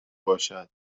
باشد